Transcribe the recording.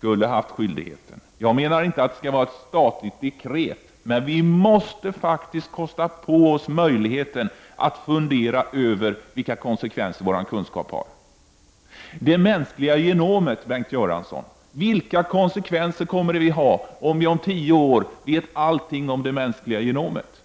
borde ha haft skyldigheter. Därmed inte sagt att det skulle vara fråga om ett statligt dekret, men vi måste faktiskt kosta på oss möjligheten att fundera över vilka konsekvenser våra kunskaper har. Bengt Göransson, vilka konsekvenser kommer det att bli om vi om tio år vet allting om det mänskliga genomet?